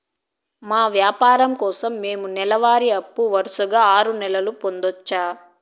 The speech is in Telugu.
మా వ్యాపారం కోసం మేము నెల వారి అప్పు వరుసగా ఆరు నెలలు పొందొచ్చా?